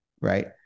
right